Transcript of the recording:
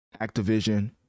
activision